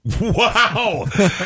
Wow